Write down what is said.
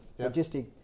logistic